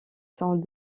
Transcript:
sont